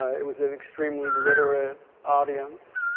it was an extremely literate audience.